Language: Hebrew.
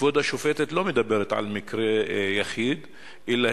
כבוד השופטת לא מדברת על מקרה יחיד אלא